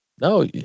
No